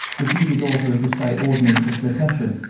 reputed author of the state ordinance of secession,